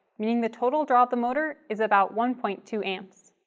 meaning the total draw of the motor is about one point two and so